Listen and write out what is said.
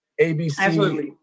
ABC